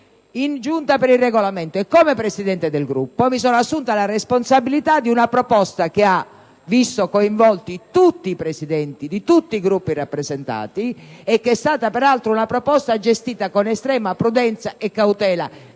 in Giunta per il Regolamento e come Presidente del Gruppo mi sono assunta la responsabilità di una proposta che ha visto coinvolti i Presidenti di tutti i Gruppi rappresentati (una proposta peraltro gestita con estrema prudenza e cautela